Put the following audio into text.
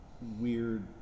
weird